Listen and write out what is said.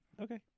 Okay